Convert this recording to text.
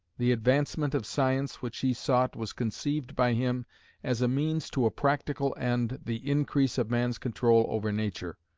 the advancement of science which he sought was conceived by him as a means to a practical end the increase of man's control over nature,